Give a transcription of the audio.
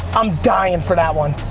i'm dying for that one.